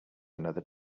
another